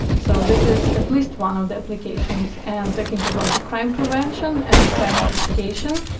so this is at least one of the applications. and talking about the crime prevention and crime investigation,